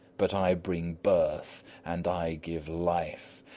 but i bring birth and i give life.